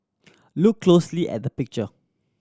look closely at the picture